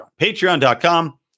Patreon.com